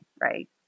right